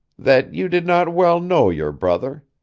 that you did not well know your brother.